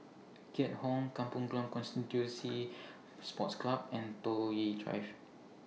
Keat Hong Kampong Glam Constituency Sports Club and Toh Yi Drive